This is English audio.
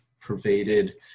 pervaded